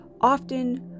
often